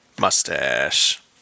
Mustache